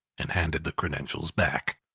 and handed the credentials back.